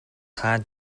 хаана